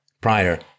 prior